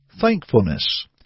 thankfulness